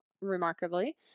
remarkably